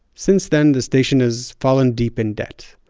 since then, the station has fallen deep in debt.